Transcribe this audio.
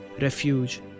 refuge